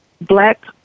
Black